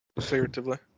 figuratively